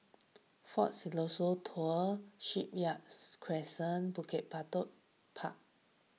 fort Siloso Tours Shipyard Crescent Bukit Batok Park